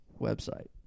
website